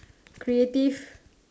creative